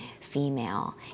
female